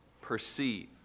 perceive